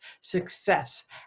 success